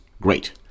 Great